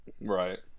Right